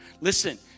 Listen